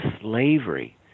slavery